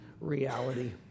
reality